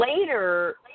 Later